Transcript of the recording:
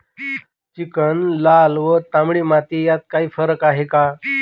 Chicken, लाल व तांबडी माती यात काही फरक आहे का?